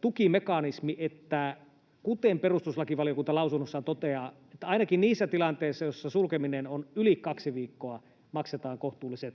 tukimekanismi, kuten perustuslakivaliokunta lausunnossaan toteaa, niin että ainakin niissä tilanteissa, joissa sulkeminen on yli kaksi viikkoa, maksetaan kohtuullinen